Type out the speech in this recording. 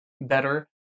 better